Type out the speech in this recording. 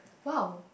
!wow!